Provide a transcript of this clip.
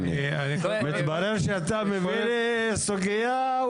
אבל מתברר שאתה מביא לי סוגיה,